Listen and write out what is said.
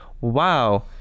wow